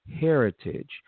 heritage